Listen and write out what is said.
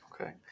Okay